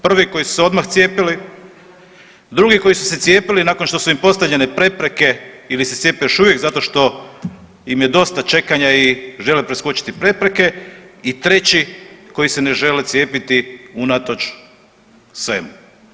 Prvi oni koji su se odmah cijepili, drugi koji su se cijepili nakon što su im postavljene prepreke ili se cijepe još uvijek zato što im je dosta čekanja i žele preskočiti prepreke, i treći koji se ne žele cijepiti unatoč svemu.